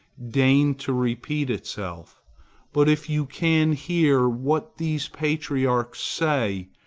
deign to repeat itself but if you can hear what these patriarchs say,